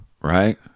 right